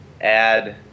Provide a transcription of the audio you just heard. add